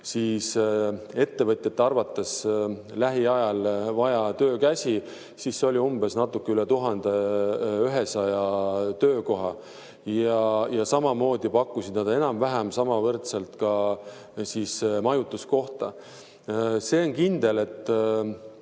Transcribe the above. on ettevõtjate arvates lähiajal vaja töökäsi, siis see oli natuke üle 1100 töökoha. Ja samamoodi pakkusid nad enam-vähem võrdselt ka majutuskohta. See on kindel, et